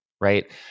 right